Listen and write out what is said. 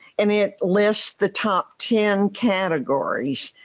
and it lists the top ten categories.